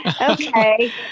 okay